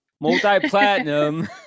multi-platinum